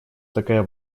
такая